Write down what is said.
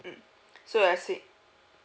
mm so you're see~